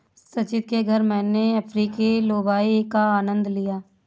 संचित के घर मैने अफ्रीकी लोबिया का आनंद लिया